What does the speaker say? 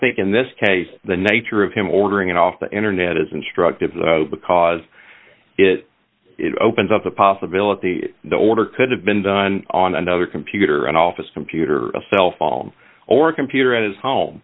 think in this case the nature of him ordering it off the internet is instructive because it opens up the possibility the order could have been done on another computer an office computer a cell phone or computer at his home